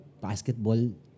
basketball